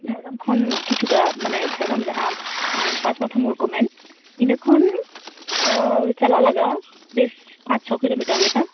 ᱡᱷᱟᱲᱜᱨᱟᱢ ᱠᱷᱚᱱ ᱠᱤᱪᱷᱩ ᱴᱟ ᱢᱟᱱᱮ ᱡᱷᱟᱲᱜᱨᱟᱢ ᱡᱟᱦᱟᱸ ᱯᱟᱸᱪ ᱢᱟᱛᱷᱟ ᱢᱳᱲ ᱠᱚ ᱢᱮᱱ ᱤᱱᱟᱹ ᱠᱷᱚᱱ ᱪᱟᱞᱟᱜ ᱞᱟᱜᱟᱜᱼᱟ ᱵᱮᱥ ᱯᱟᱸᱪ ᱪᱷᱚ ᱠᱤᱞᱳ ᱢᱤᱴᱟᱨ ᱞᱮᱠᱟ